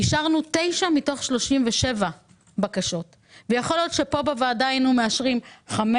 אישרנו תשע מתוך 37 בקשות ויכול להיות שכאן בוועדה היינו מאשרים 15,